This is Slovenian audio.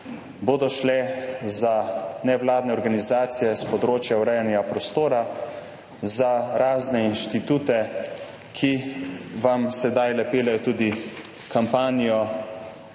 šlo za nevladne organizacije s področja urejanja prostora, za razne inštitute, ki vam sedajle peljejo tudi kampanjo,